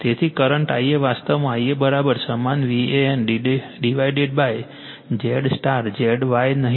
તેથી current Ia વાસ્તવમાં Ia સમાન VAN divided Z star ZY નહીં